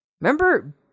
Remember